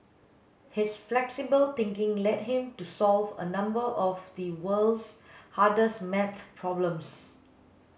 his flexible thinking led him to solve a number of the world's hardest maths problems